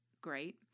great